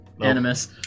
Animus